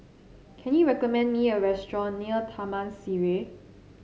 can you recommend me a restaurant near Taman Sireh